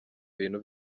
bintu